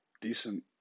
decent